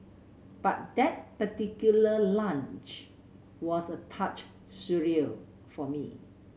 but that particular lunch was a touch surreal for me